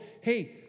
Hey